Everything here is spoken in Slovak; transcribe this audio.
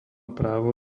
právo